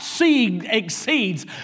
exceeds